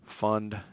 fund